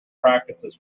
practices